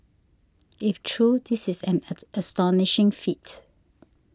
if true this is an at astonishing feat